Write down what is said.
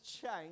change